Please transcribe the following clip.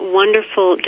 wonderful